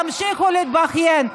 תמשיכו להתבכיין,